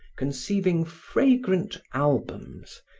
conceiving fragrant albums,